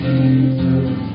Jesus